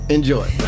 Enjoy